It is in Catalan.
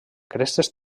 crestes